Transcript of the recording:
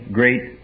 great